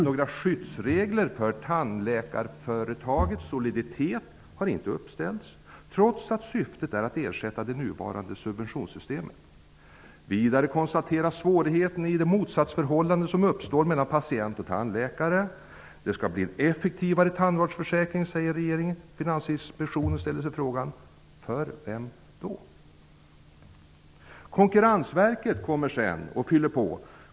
Några skyddsregler för tandläkarföretagets soliditet har inte uppställts, trots att syftet är att ersätta det nuvarande subventionssystemet. Vidare konstateras svårigheten i det motsatsförhållande som uppstår mellan patient och tandläkare. Det skall bli en effektivare tandvårdsförsäkring säger regeringen. Finansinspektionen ställer sig frågan: För vem? Konkurrensverket fyller sedan på.